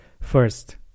first